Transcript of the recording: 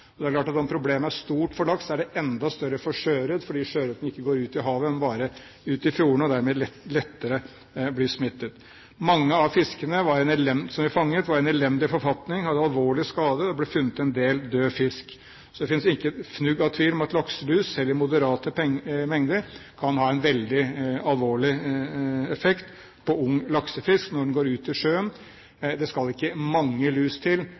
Det er klart at om problemet er stort for laks, er det enda større for sjøørret, fordi sjøørreten ikke går ut i havet. Den går bare ut i fjordene og blir dermed lettere smittet. Mange av fiskene vi fanget, var i en elendig forfatning, de hadde alvorlige skader, og det ble funnet en del død fisk. Så det finnes ikke et fnugg av tvil om at lakselus, selv i moderate mengder, kan ha en veldig alvorlig effekt på ung laksefisk når den går ut i sjøen. Det skal ikke mange lus til